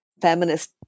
feminist